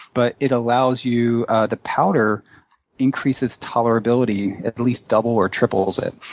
but it allows you the powder increases tolerability, at least double or triples it.